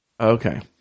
Okay